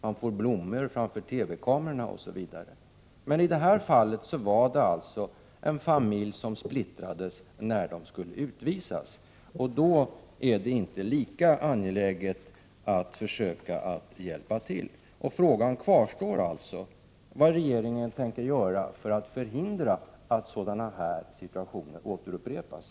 Man får blommor inför TV-kamerorna osv. Men i detta fall splittrades en familj i samband med utvisning. Då var det inte lika angeläget att försöka hjälpa till. Frågan kvarstår: Vad tänker regeringen göra för att förhindra att sådana här situationer upprepas?